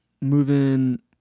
moving